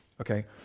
Okay